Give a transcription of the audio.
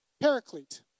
paraclete